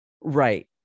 Right